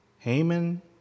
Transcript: Haman